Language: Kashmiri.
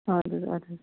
اَدٕ حظ اَدٕ حظ